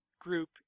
group